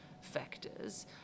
factors